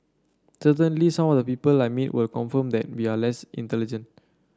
certainly some of the people I meet will confirm that we are less intelligent